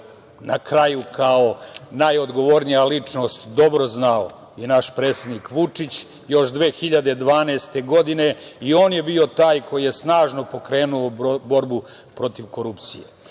na kraju kao najodgovornija ličnost dobro znao i naš predsednik Vučić još 2012. godine i on je bio taj koji je snažno pokrenuo borbu protiv korupcije. Znamo